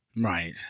Right